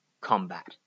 combat